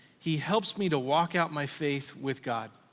he helps me to walk out my faith with god.